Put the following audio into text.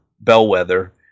bellwether